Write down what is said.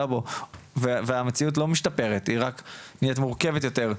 בו והמציאות לא משתפרת היא רק נהיית מורכבת יותר,